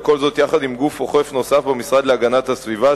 וכל זאת יחד עם גוף אוכף נוסף במשרד להגנת הסביבה,